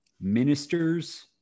Minister's